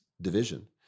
division